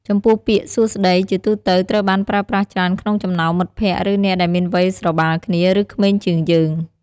ចំពោះពាក្យ "សួស្តី" ជាទូទៅត្រូវបានប្រើប្រាស់ច្រើនក្នុងចំណោមមិត្តភ័ក្តិ ឬអ្នកដែលមានវ័យស្របាលគ្នា ឬក្មេងជាងយើង។